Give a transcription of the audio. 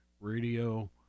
radio